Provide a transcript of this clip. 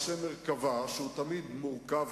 הזה, שאמרת,